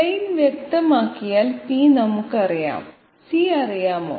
plain വ്യക്തമാക്കിയാൽ p നമുക്ക് അറിയാം c അറിയാമോ